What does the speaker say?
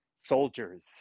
soldiers